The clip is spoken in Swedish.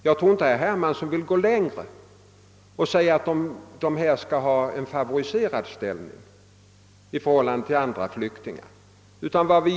Jag tror inte att herr Hermansson vill gå längre och säga att de bör ha en favoriserad ställning i förhållande till andra flyktingar.